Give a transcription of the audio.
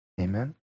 Amen